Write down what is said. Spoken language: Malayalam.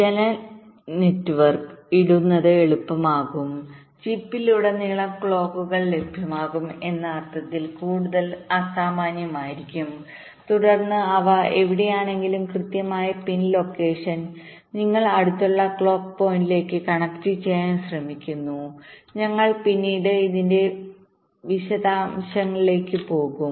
ജനറൽ നെറ്റ്വർക്ക്ജനറൽ networkഇടുന്നത് എളുപ്പമാകും ചിപ്പിലുടനീളം ക്ലോക്കുകൾ ലഭ്യമാകും എന്ന അർത്ഥത്തിൽ കൂടുതൽ സാമാന്യമായിരിക്കും തുടർന്ന് അവ എവിടെയാണെങ്കിലും കൃത്യമായ പിൻ ലൊക്കേഷൻ നിങ്ങൾ അടുത്തുള്ള ക്ലോക്ക് പോയിന്റിലേക്ക് കണക്റ്റുചെയ്യാൻ ശ്രമിക്കുന്നു ഞങ്ങൾ പിന്നീട് ഇതിന്റെ വിശദാംശങ്ങളിലേക്ക് പോകും